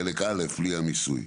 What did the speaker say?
חלק א': בנייה ומיסוי.